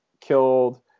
killed